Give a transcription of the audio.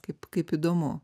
kaip kaip įdomu